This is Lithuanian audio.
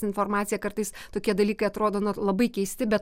informaciją kartais tokie dalykai atrodo nu labai keisti bet